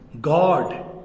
God